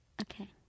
Okay